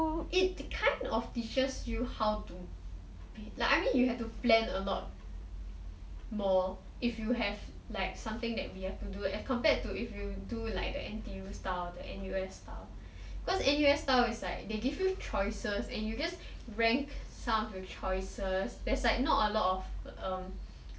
it kind of teaches you how to like I mean you have to plan a lot more if you have like something that we have to do as compared to if you do like the N_T_U style than N_U_S style because N_U_S style is like they give you choices and you just rank some of your choices it's like there's not a lot of um